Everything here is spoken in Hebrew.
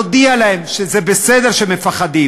אלא אפילו גינוי לא מספיק חריף,